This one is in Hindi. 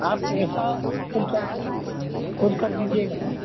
आप इसका खोजकर खोजकर दीजिएगा